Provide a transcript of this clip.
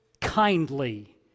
kindly